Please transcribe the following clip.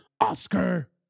Oscar